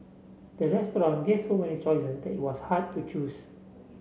the restaurant gave so many choices that was hard to choose